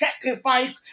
sacrifice